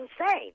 insane